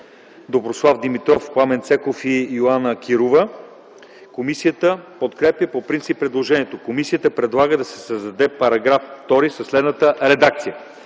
Доброслав Димитров, Пламен Цеков и Йоана Кирова. Комисията подкрепя по принцип предложението. Комисията предлага да се създаде § 2 със следната редакция: